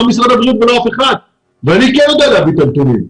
לא משרד הבריאות ולא אף אחד אבל אני כן יודע להביא את הנתונים.